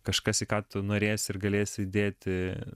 kažkas į ką tu norėsi ir galėsi įdėti